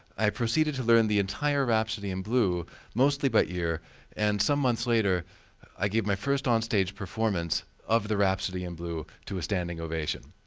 i proceeded to learn the entire rhapsody in blue mostly by ear and some months later i gave my first onstage performance of the rhapsody in blue to a standing ovation.